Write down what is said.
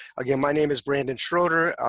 again, my name is brandon schroeder.